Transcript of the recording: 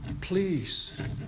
please